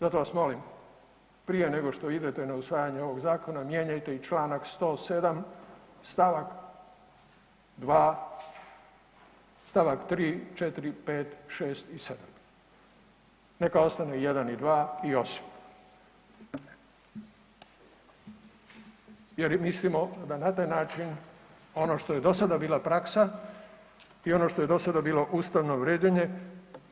Zato vas molim prije nego što idete na usvajanje ovoga zakona mijenjajte i čl. 107. st. 3., 4., 5., 6. i 7. neka ostane 1. i 2. i 8. jer mislimo da na taj način ono što je do sada bila praksa i ono što je do sada bilo ustavno uređenje